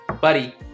buddy